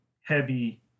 heavy